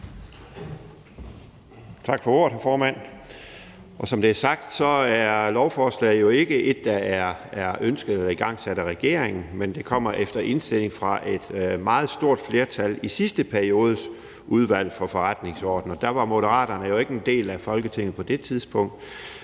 Tak for ordet, hr. formand. Som det er sagt, er lovforslaget jo ikke et, der er ønsket og igangsat af regeringen, men det kommer efter indstilling fra et meget stort flertal i sidste periodes Udvalg for Forretningsordenen. På det tidspunkt var Moderaterne jo ikke en del af Folketinget, men